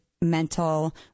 mental